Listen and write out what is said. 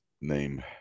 Name